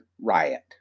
riot